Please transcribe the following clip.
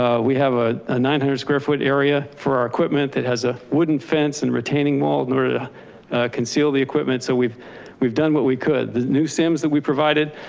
ah we have ah a nine hundred square foot area for our equipment that has a wooden fence and retaining wall in order to conceal the equipment. so we've we've done what we could, the new sims that we provided.